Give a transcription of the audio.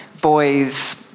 boy's